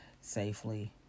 safely